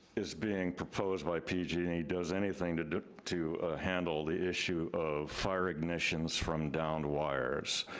is being proposed by pgne does anything to to handle the issue of fire ignitions from downed wires.